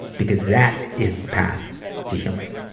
because that is the path to healing.